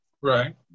right